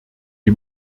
die